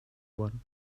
one